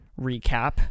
recap